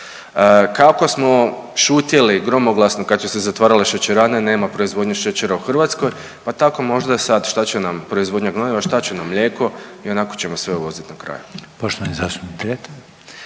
Kako smo šutjeli gromoglasno kad su se zatvarale šećerane, nema proizvodnje šećera u Hrvatskoj pa tako možda sad, šta će nam proizvodnja gnojiva, šta će nam mlijeko i onako ćemo sve uvozit na kraju.